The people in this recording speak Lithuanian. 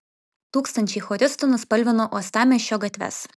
tūkstančiai choristų nuspalvino uostamiesčio gatves